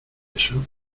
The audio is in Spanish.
eso